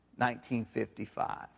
1955